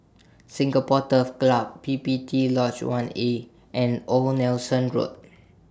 Singapore Turf Club P P T Lodge one A and Old Nelson Road